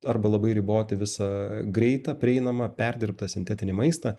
arba labai riboti visą greitą prieinamą perdirbtą sintetinį maistą